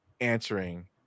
answering